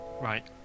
Right